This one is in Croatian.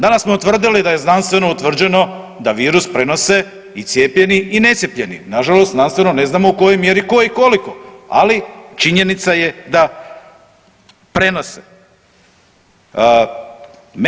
Danas smo utvrdili da je znanstveno utvrđeno da virus prenose i cijepljeni i necijepljeni, nažalost znanstveno ne znamo u kojoj mjeri koji koliko, ali činjenica je da prenose.